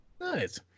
Nice